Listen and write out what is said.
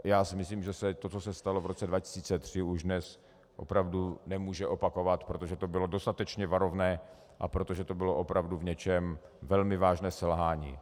Já si myslím, že to, co se stalo v roce 2003, se dnes už opravdu nemůže opakovat, protože to bylo dostatečně varovné a protože to bylo opravdu v něčem velmi vážné selhání.